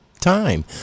time